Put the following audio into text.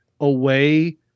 away